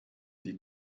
die